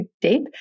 deep